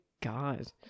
god